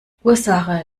ursache